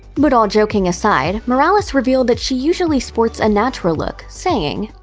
but all joking aside, morales revealed that she usually sports a natural look, saying,